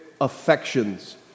affections